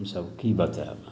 हमसब की बताएब